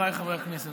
חבריי חברי הכנסת,